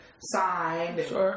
signed